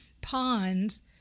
ponds